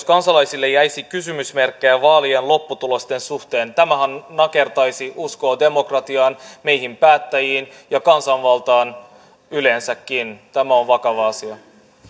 kansalaisille jäisi kysymysmerkkejä vaalien lopputulosten suhteen tämähän nakertaisi uskoa demokratiaan meihin päättäjiin ja kansanvaltaan yleensäkin tämä on vakava asia